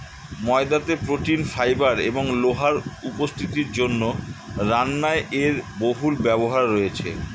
ময়দাতে protein, fiber এবং লোহার উপস্থিতির জন্য রান্নায় এর বহুল ব্যবহার রয়েছে